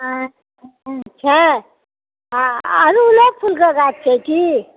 ठीक छै आ अड़हुलो फुलके गाछ छै की